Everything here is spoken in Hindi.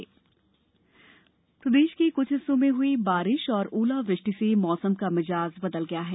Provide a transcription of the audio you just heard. मौसम प्रदेश के कुछ हिस्सों में हुई बारिश और ओलावृष्टि से मौसम का मिजाज बदल गया है